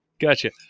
Gotcha